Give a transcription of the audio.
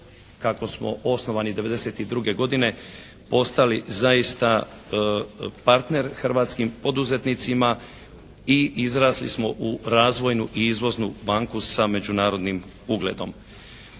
kako smo osnovani '92. godine, postali zaista partner hrvatskim poduzetnicima i izrasli smo u razvojnu i izvoznu banku sa međunarodnim ugledom.